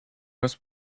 west